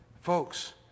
Folks